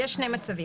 יש שני מצבים.